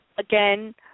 Again